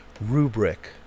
rubric